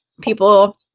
people